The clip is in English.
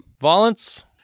Violence